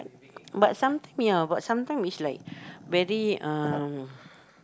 but sometime ya sometime is like very uh